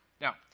Now